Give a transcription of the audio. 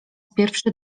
pierwszy